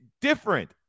different